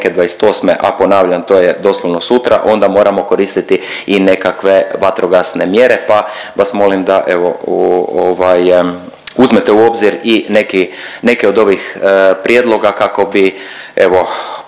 '28., a ponavljam to je doslovno sutra, onda moramo koristiti i nekakve vatrogasne mjere, pa vas molim da evo uzmete u obzir i neke od ovih prijedloga kako bi